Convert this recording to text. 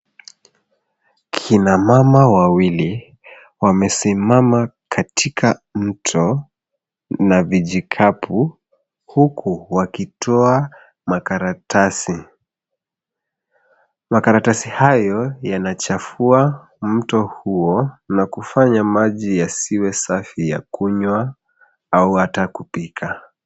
Kina mama wawili wamesimama katika mto na vijikapu huku wakitoa makaratasi. Makaratasi hayo yanachafua mto huo na kufanya maji yasiwe safi ya kunywa au hata kupika.